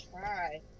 try